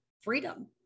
freedom